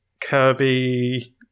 Kirby